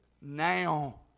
now